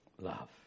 Love